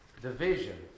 Division